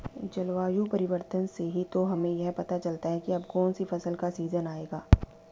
जलवायु परिवर्तन से ही तो हमें यह पता चलता है की अब कौन सी फसल का सीजन आयेगा